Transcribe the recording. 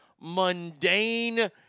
mundane